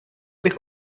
bych